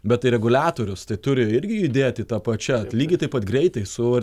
bet tai reguliatorius tai turi irgi judėti ta pačia lygiai taip pat greitai su